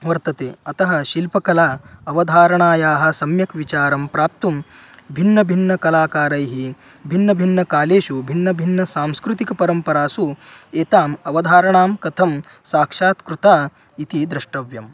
वर्तते अतः शिल्पकला अवधारणायाः सम्यक् विचारं प्राप्तुं भिन्नभिन्नकलाकारैः भिन्नभिन्नकालेषु भिन्नभिन्नसांस्कृतिकपरम्परासु एताम् अवधारणां कथं साक्षात् कृता इति द्रष्टव्यम्